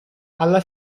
alla